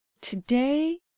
Today